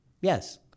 Yes